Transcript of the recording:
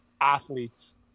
athletes